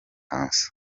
council